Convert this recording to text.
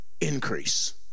increase